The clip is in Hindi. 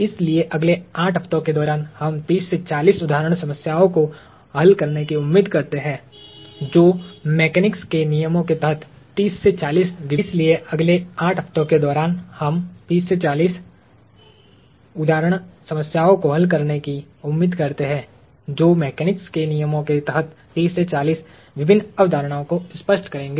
इसलिए अगले आठ हफ्तों के दौरान हम 30 से 40 उदाहरण समस्याओं को हल करने की उम्मीद करते हैं जो मेकेनिक्स के नियमों के तहत 30 से 40 विभिन्न अवधारणाओं को स्पष्ट करेंगे